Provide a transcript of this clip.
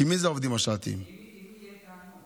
אם יהיו טענות.